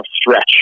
stretch